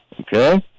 Okay